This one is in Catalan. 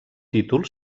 títol